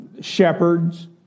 shepherds